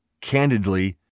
Candidly